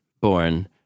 born